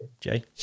Jay